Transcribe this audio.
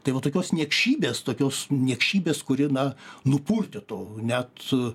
tai va tokios niekšybės tokios niekšybės kuri na nupurtytų net